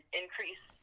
increase